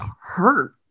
hurt